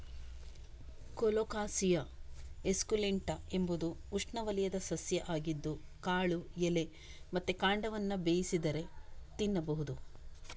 colocasia esculenta ಎಂಬುದು ಉಷ್ಣವಲಯದ ಸಸ್ಯ ಆಗಿದ್ದು ಕಾಳು, ಎಲೆ ಮತ್ತೆ ಕಾಂಡವನ್ನ ಬೇಯಿಸಿದರೆ ತಿನ್ಬಹುದು